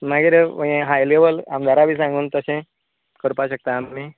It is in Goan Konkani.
मागीर यें हायर लेवल आमदाराक बी सांगून तशें करपा शकता आमी